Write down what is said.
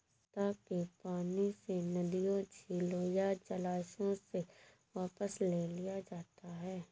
सतह के पानी से नदियों झीलों या जलाशयों से वापस ले लिया जाता है